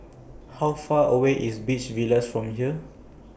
How Far away IS Beach Villas from here